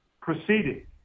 proceeding